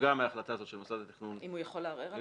שנפגע מההחלטה הזו של מוסד התכנון -- אם הוא יכול לערער על זה?